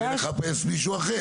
לחפש מישהו אחר.